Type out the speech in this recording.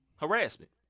Harassment